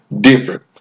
different